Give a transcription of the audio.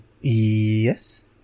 Yes